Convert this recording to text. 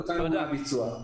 תודה.